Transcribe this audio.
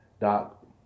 dot